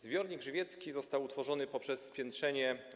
Zbiornik żywiecki został utworzony poprzez spiętrzenie